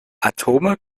atome